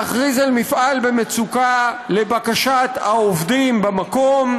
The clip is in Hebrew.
להכריז על מפעל במצוקה לבקשת העובדים במקום,